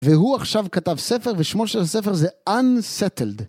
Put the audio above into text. והוא עכשיו כתב ספר, ושמו של הספר זה Unsettled.